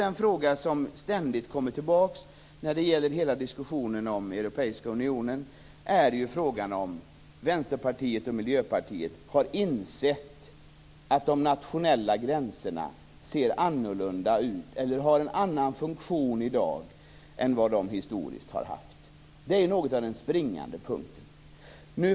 Den fråga som ständigt kommer tillbaka när det gäller hela diskussionen om Europeiska unionen är ju frågan om Vänsterpartiet och Miljöpartiet har insett att de nationella gränserna ser annorlunda ut eller har en annan funktion i dag än vad de historiskt har haft. Detta är något av den springande punkten.